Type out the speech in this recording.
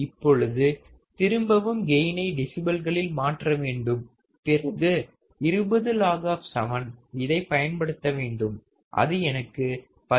இப்பொழுது திரும்பவும் கெயினை டெசிபல்களில் மாற்றவேண்டும் பிறகு 20 log இதை பயன்படுத்த வேண்டும் அது எனக்கு 16